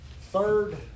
third